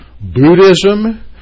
Buddhism